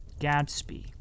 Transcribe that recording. gatsby